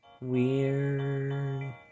weird